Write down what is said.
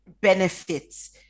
benefits